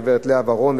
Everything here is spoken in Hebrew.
הגברת לאה ורון,